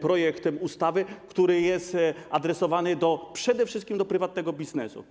projekt ustawy, który jest adresowany przede wszystkim do prywatnego biznesu.